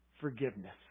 forgiveness